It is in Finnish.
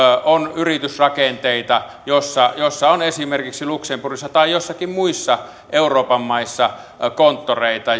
on yritysrakenteita joissa joissa on esimerkiksi luxemburgissa tai joissakin muissa euroopan maissa konttoreita